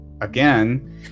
again